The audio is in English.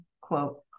quote